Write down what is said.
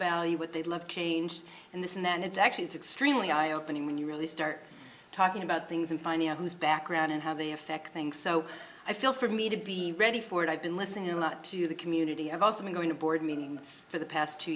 value what they love change and this and then it's actually it's extremely eye opening when you really start talking about things and finding out whose background and how they affect things so i feel for me to be ready for it i've been listening a lot to the community i've also been going to board for the past two